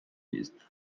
used